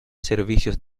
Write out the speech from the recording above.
servicios